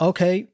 Okay